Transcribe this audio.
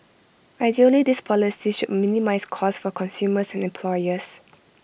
ideally these policies minimise cost for consumers and employers